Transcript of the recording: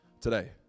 today